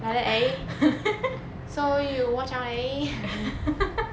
like that eh so you watch out eh